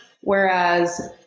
whereas